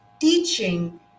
teaching